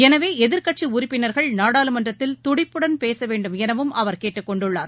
எனவே எதிர்க்கட்சி உறுப்பினர்கள் நாடாளுமன்றத்தில் துடிப்புடன் பேச வேண்டும் எனவும் அவர் கேட்டுக் கொண்டுள்ளார்